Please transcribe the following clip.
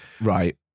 Right